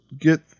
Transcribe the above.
get